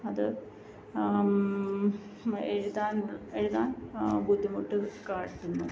അത് എഴുതാൻ എഴുതാൻ ബുദ്ധിമുട്ട് കാട്ടുന്നു